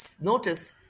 notice